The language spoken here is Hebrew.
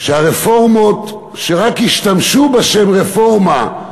שהרפורמות שרק השתמשו בשם "רפורמה"